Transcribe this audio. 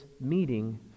meeting